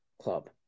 club